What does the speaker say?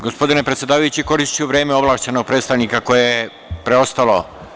Gospodine predsedavajući, koristiću vreme ovlašćenog predstavnika koje je preostalo.